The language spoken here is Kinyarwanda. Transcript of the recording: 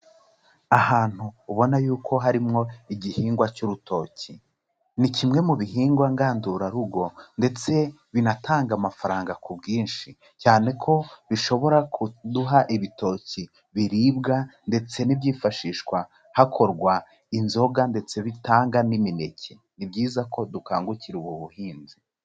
Ahantu ubona yuko harimo igihingwa cy'urutoki, ni kimwe mu bihingwa ngandurarugo ndetse binatanga amafaranga ku bwinshi cyane ko bishobora kuduha ibitoki biribwa ndetse n'ibyifashishwa hakorwa inzoga ndetse bitanga n'imineke, ni byiza ko dukangukira ubu buhinzi.